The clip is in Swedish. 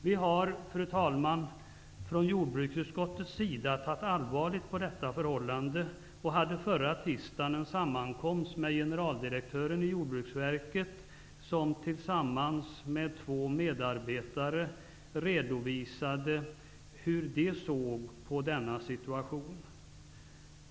Vi har, fru talman, från jordbruksutskottets sida tagit allvarligt på detta förhållande, och vi hade förra tisdagen en sammankomst med generaldirektören i Jordbruksverket, som tillsammans med två medarbetare redovisade hur de såg på denna situation.